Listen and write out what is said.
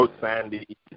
Sandy